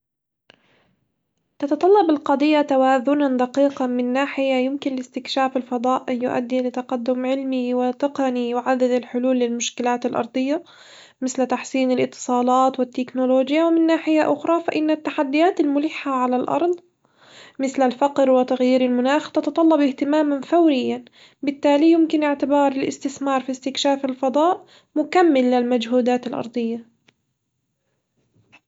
تتطلب القضية توازنًا دقيقًا، من ناحية يمكن لاستكشاف الفضاء أن يؤدي لتقدم علمي وتقني ويعزز الحلول للمشكلات الأرضية مثل تحسين الاتصالات والتكنولوجيا، ومن ناحية أخرى فإن التحديات الملحة على الأرض مثل الفقر وتغيير المناخ تتطلب اهتمامًا فوريًا، بالتالي يمكن اعتبار الاستثمار في استكشاف الفضاء مكمل للمجهودات الأرضية.